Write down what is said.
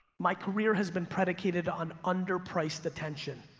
my career has been predicated on underpriced attention.